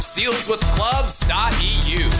SealswithClubs.eu